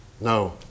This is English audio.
No